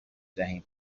دهیم